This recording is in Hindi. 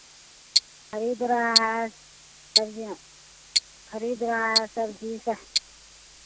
खरीद रहा है सब्जियाँ खरीद रहा है सब्जी सब